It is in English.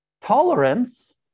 tolerance